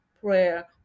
prayer